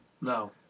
No